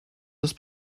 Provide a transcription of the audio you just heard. das